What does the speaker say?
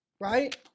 Right